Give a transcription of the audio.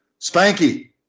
Spanky